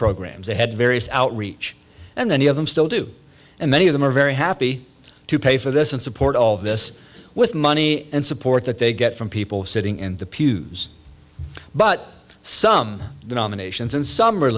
programs they had various outreach and many of them still do and many of them are very happy to pay for this and support all this with money and support that they get from people sitting in the pews but some denominations and s